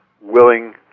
willing